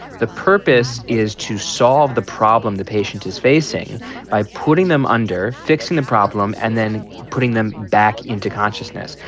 the purpose is to solve the problem the patient is facing by putting them under, fixing the problem and then putting them back into consciousness.